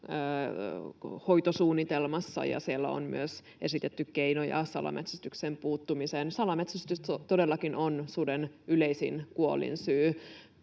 sudenhoitosuunnitelmassa, ja siellä on myös esitetty keinoja salametsästykseen puuttumiseen. Salametsästys todellakin on suden yleisin kuolinsyy.